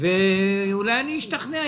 ואולי אני אשתכנע.